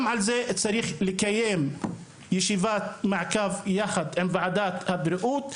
גם על זה צריך לקיים ישיבת מעקב יחד עם ועדת הבריאות,